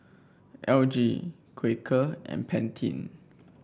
L G Quaker and Pantene